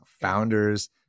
founders